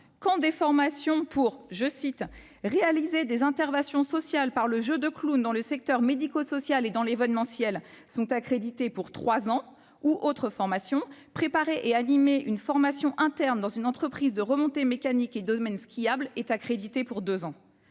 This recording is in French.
quand des formations pour « réaliser des interventions sociales par le jeu de clown dans le secteur médico-social et dans l'événementiel » sont accréditées pour trois ans ou que des formations pour « préparer et animer une formation interne dans une entreprise de remontées mécaniques et domaines skiables » le sont pour deux ans.